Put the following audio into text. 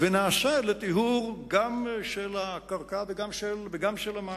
ונעשה לטיהור גם של הקרקע וגם של המים.